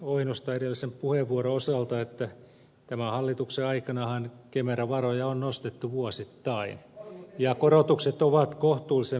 oinosen edellisen puheenvuoron osalta että tämän hallituksen aikanahan kemera varoja on nostettu vuosittain ja korotukset ovat kohtuullisen merkittäviä